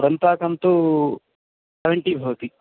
वृन्ताकन्तु seventy भवति